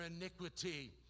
iniquity